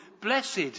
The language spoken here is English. Blessed